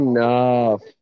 Enough